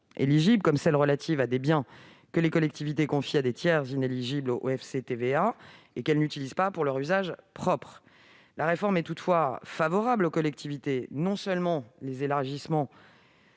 éligibles, comme les dépenses relatives à des biens que les collectivités confient à des tiers inéligibles au FCTVA et qu'elles n'utilisent pas pour leur usage propre. La réforme est toutefois favorable aux collectivités : non seulement les élargissements